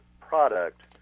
product